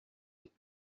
n’est